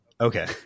Okay